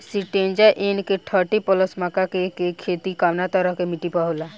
Syngenta NK thirty plus मक्का के के खेती कवना तरह के मिट्टी पर होला?